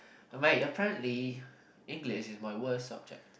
but ya apparently English is my worst subject